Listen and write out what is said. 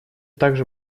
также